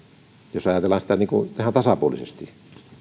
jos ajatellaan sitä niin kuin ihan tasapuolisesti